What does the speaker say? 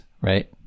right